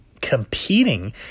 competing